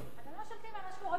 אתם לא שולטים על מה שקורה בעולם,